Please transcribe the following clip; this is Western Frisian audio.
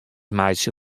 meitsje